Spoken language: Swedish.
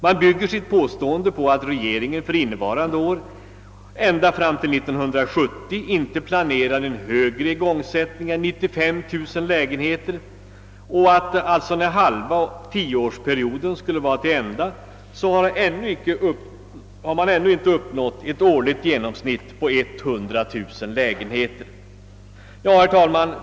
Påståendet byggdes på att regeringen för innevarande år och ända fram till 1970 inte planerar en högre igångsättning än 95000 lägenheter per år och att produktionen när halva tioårsperioden gått till ända alltså inte uppnått ett genomsnitt på 100 000 lägenheter. Herr talman!